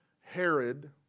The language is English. Herod